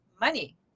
money